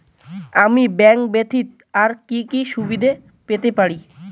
আমি ব্যাংক ব্যথিত আর কি কি সুবিধে পেতে পারি?